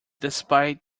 despite